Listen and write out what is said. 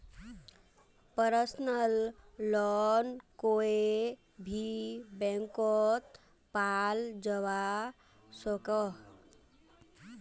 personal loan कोए भी बैंकोत पाल जवा सकोह